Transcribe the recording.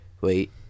wait